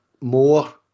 more